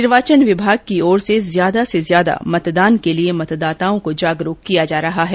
निर्वाचन विभाग की ओर से ज्यादा से ज्यादा मतदान के लिए मतदाताओं को जागरूक किया जा रहा है